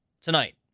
tonight